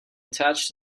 attached